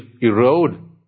erode